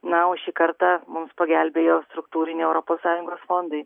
na o šį kartą mums pagelbėjo struktūriniai europos sąjungos fondai